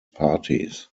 parties